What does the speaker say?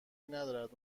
ندارد